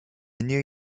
new